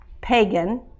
pagan